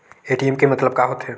ATM के मतलब का होथे?